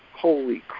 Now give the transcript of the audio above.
holy